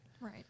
right